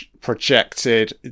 projected